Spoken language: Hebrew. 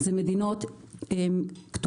אלה מדינות כתומות.